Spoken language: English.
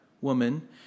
woman